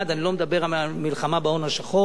ואני לא מדבר על המלחמה בהון השחור,